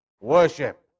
worship